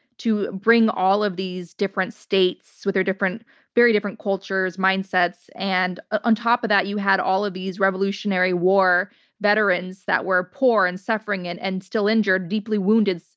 to bring all of these different states, with their very different cultures, mindsets, and on top of that, you had all of these revolutionary war veterans that were poor and suffering and and still injured, deeply wounded, so